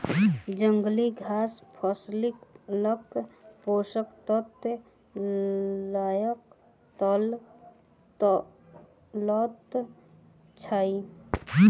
जंगली घास फसीलक पोषक तत्व लअ लैत अछि